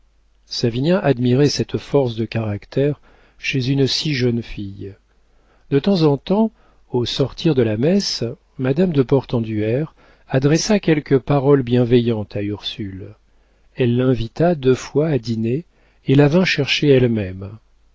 savinien admirait cette force de caractère chez une si jeune fille de temps en temps au sortir de la messe madame de portenduère adressa quelques paroles bienveillantes à ursule elle l'invita deux fois à dîner et la vint chercher elle-même